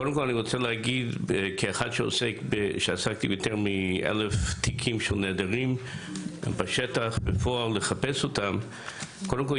כמי שעסק ביותר מ-1,000 תיקים של נעדרים וחיפש אותם בפועל בשטח,